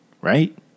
right